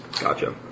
Gotcha